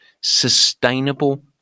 sustainable